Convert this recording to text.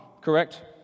correct